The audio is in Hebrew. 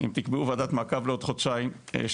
אם תקבעו וועדת מעקב לעוד חודשיים או